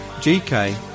gk